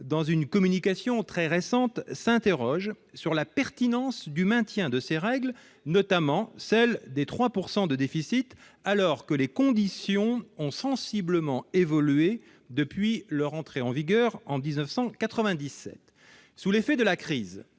dans une communication très récente s'interroge sur la pertinence du maintien de ces règles, notamment celles des 3 pourcent de déficit, alors que les conditions ont sensiblement évolué depuis leur entrée en vigueur en 1997 sous l'effet de la crise,